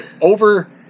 over